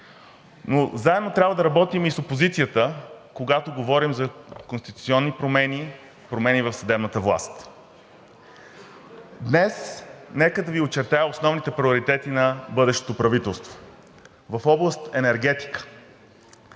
Но заедно трябва да работим и с опозицията, когато говорим за конституционни промени, промени в съдебната власт. Нека да Ви очертая днес основните приоритети на бъдещото правителство. В област енергетика